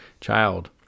child